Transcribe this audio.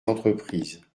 entreprises